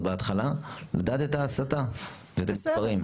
בהתחלה לדעת את ההסטה ואת המספרים.